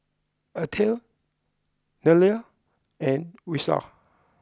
Atal Neila and Vishal